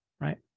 Right